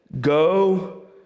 go